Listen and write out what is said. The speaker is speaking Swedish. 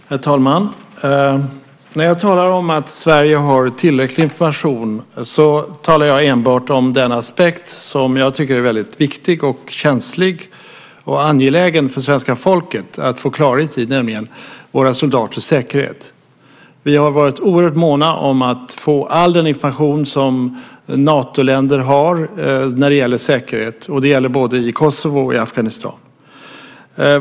Herr talman! När jag talar om att Sverige har tillräcklig information talar jag enbart om den aspekt som jag tycker är väldigt viktig, känslig och angelägen för svenska folket att få klarhet i, nämligen våra soldaters säkerhet. Vi har varit oerhört måna om att få all den information som Natoländer har när det gäller säkerhet. Det gäller både i Kosovo och i Afghanistan.